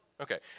Okay